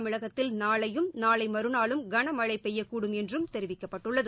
தமிழகத்தில் நாளையும் நாளை மறுநாளும் கனமழை பெய்யக்கூடும் தென் என்றும் தெரிவிக்கப்பட்டுள்ளது